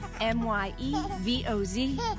M-Y-E-V-O-Z